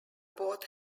both